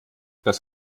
das